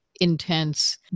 intense